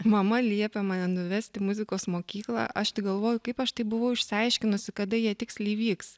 mama liepė mane nuvesti į muzikos mokyklą aš tik galvoju kaip aš taip buvau išsiaiškinusi kada jie tiksliai vyks